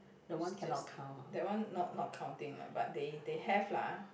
it's just that one not not counting lah but they they have lah